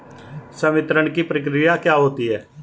संवितरण की प्रक्रिया क्या होती है?